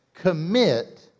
Commit